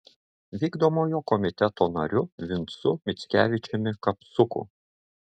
vykdomojo komiteto nariu vincu mickevičiumi kapsuku